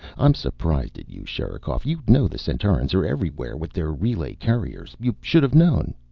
i'm surprised at you, sherikov. you know the centaurans are everywhere with their relay couriers. you should have known